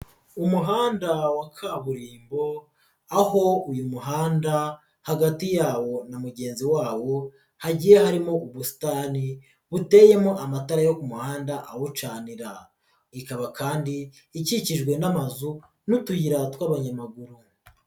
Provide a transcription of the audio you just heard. Umuhanda wa kaburimbo aho uyu muhanda hagati yawo na mugenzi wawo hagiye harimo ubusitani buteyemo amatara yo ku muhanda awucanira, ikaba kandi ikikijwe n'amazu n'utuyira tw'abanyamaguru.